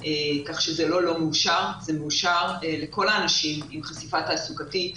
כך שזה לא לא מאושר אלא זה מאושר לכל האנשים עם חשיפה תעסוקתית.